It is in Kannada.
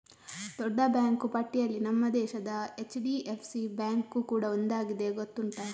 ದೊಡ್ಡ ಬ್ಯಾಂಕು ಪಟ್ಟಿನಲ್ಲಿ ನಮ್ಮ ದೇಶದ ಎಚ್.ಡಿ.ಎಫ್.ಸಿ ಬ್ಯಾಂಕು ಕೂಡಾ ಒಂದಾಗಿದೆ ಗೊತ್ತುಂಟಾ